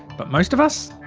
but most of us.